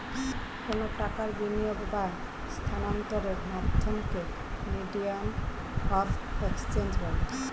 কোনো টাকার বিনিয়োগ বা স্থানান্তরের মাধ্যমকে মিডিয়াম অফ এক্সচেঞ্জ বলে